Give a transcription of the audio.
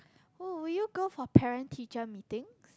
oh would you go for parent teacher meetings